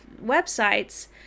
websites